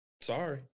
Sorry